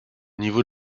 niveau